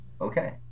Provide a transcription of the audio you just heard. okay